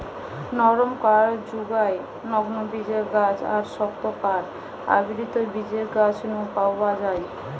নরম কাঠ জুগায় নগ্নবীজের গাছ আর শক্ত কাঠ আবৃতবীজের গাছ নু পাওয়া যায়